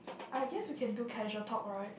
I guess we can do casual talk right